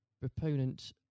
proponent